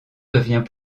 devient